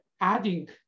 adding